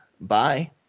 bye